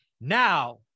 Now